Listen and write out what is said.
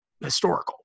historical